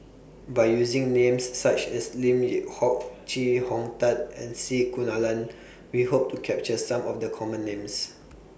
By using Names such as Lim Yew Hock Chee Hong Tat and C Kunalan We Hope to capture Some of The Common Names